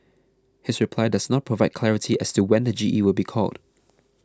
his reply does not provide clarity as to when the G E will be called